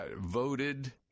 voted